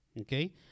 Okay